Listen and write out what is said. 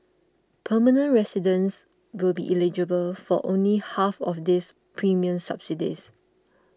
permanent residents will be eligible for only half of these premium subsidies